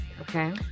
Okay